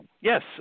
Yes